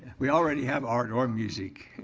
we already have art or music